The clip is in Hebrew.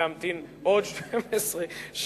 להמתין עוד 12 שנים,